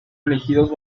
elegidos